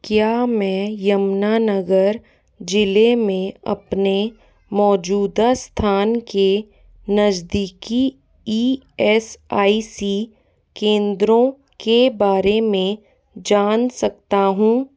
क्या मैं यमुना नगर ज़िले में अपने मौजूदा स्थान के नज़दीकी ई एस आई सी केंद्रों के बारे में जान सकता हूँ